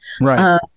Right